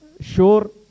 sure